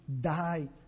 die